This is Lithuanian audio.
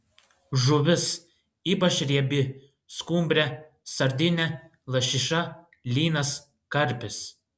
žuvis ypač riebi skumbrė sardinė lašiša lynas karpis